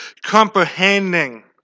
comprehending